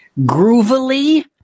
groovily